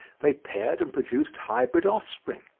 they paired and produced hybrid offspring.